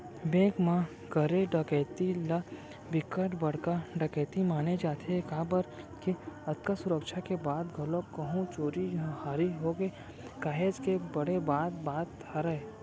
bank म करे डकैती ल बिकट बड़का डकैती माने जाथे काबर के अतका सुरक्छा के बाद घलोक कहूं चोरी हारी होगे काहेच बड़े बात बात हरय